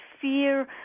fear